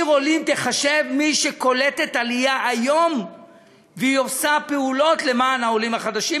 עיר עולים תיחשב מי שקולטת עלייה היום ופועלת למען העולים החדשים,